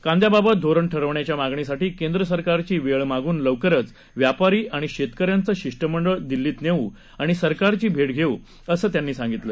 कांद्याबाबत धोरण ठरवण्याच्या मागणीसाठी केंद्र सरकारची वेळ मागून लवकरच व्यापारी आणि शेतकऱ्यांचं शिष्टमंडळ दिल्लीत नेऊ आणि सरकारची भेट घेऊ असं त्यांनी सांगितलं